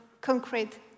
concrete